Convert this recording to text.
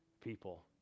people